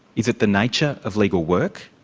is it the nature of legal work?